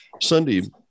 Sunday